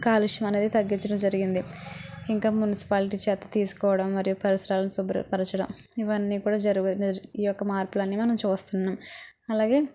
కాలుష్యం అనేది తగ్గించడం జరిగింది ఇంకా మున్సిపాలిటీ చెత్త తీసుకోవడం మరియు పరిసరాల శుభ్రపరచడం ఇవన్నీ కూడా జరుగు ఈ యొక్క మార్పులన్నీ మనం చూస్తన్నాం అలాగే